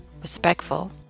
respectful